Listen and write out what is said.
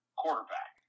quarterback